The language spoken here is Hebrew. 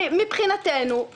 מבחינתנו,